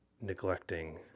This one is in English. neglecting